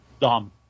Dom